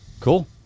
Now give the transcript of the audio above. Cool